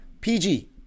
PG